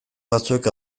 batzuek